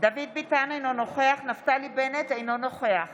דוד ביטן, אינו נוכח נפתלי בנט, אינו נוכח